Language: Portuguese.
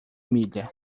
milha